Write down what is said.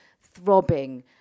throbbing